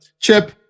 Chip